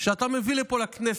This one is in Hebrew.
שאתה מביא לפה לכנסת,